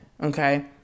Okay